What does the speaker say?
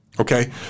Okay